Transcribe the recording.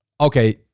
okay